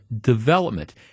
development